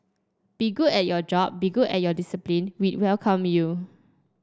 be good at your job be good at your discipline we'd welcome you